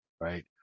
right